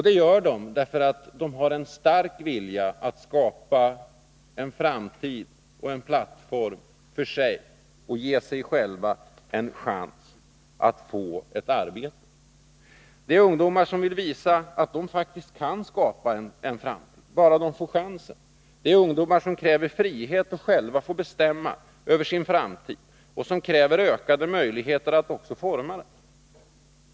Det gör de därför att de har en stark vilja att skapa en plattform för framtiden och att ge sig själva en chans att få ett arbete. Det är ungdomar som vill visa att de faktiskt kan skapa en framtid, bara de får chansen. Det är ungdomar som kräver frihet att själva få bestämma över sin framtid och som kräver ökade möjligheter att forma den.